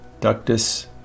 ductus